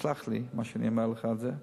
תסלח לי שאני אומר לך את זה,